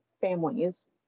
families